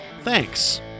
Thanks